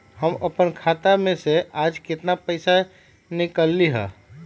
हम अपन खाता में से आज केतना पैसा निकाल सकलि ह?